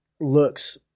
looks